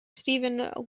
steve